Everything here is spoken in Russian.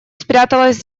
спряталась